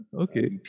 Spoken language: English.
Okay